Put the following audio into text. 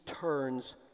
turns